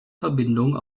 verbindung